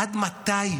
עד מתי,